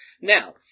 Now